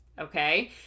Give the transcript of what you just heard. okay